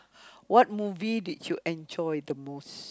what movie did you enjoy the most